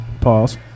Pause